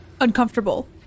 Uncomfortable